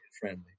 friendly